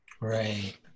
Right